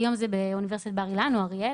היום זה באוניברסיטת בר אילן או אריאל.